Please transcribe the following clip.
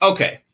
Okay